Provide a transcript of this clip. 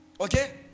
okay